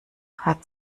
hat